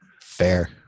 Fair